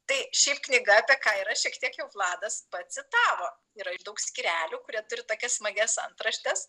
tai šiaip knyga apie ką yra šiek tiek jau vladas pacitavo yra ir daug skyrelių kurie turi tokias smagias antraštes